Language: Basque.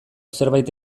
zerbait